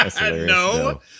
no